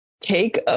take